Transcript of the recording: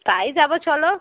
তাই যাবো চলো